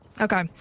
Okay